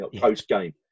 post-game